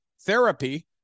therapy